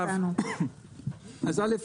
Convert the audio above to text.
א',